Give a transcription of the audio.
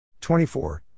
24